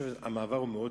המעבר מאוד קיצוני.